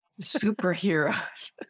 Superheroes